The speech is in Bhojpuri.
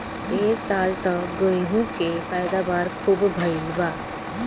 ए साल त गेंहू के पैदावार खूब भइल बा